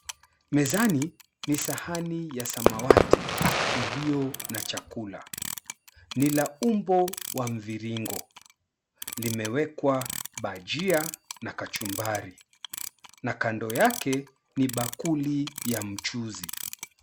Mezani ni sahani ya samawati ilio na chakula. Ni la umbo wa mviringo. Limewekwa bajia na kachumbari na kando yake ni bakuli ya mchuzi.